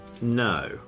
no